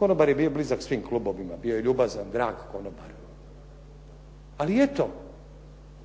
Konobar je bio blizak svim klubovima, bio je ljubazan, drag konobar, ali eto,